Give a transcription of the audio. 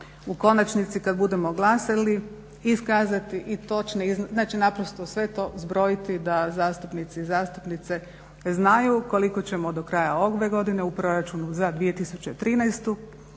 u konačnici kad budemo glasali iskazati i točne, znači naprosto sve to zbrojiti da zastupnici i zastupnice znaju koliko ćemo do kraja ove godine u proračunu za 2013.